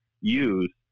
use